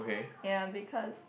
ya because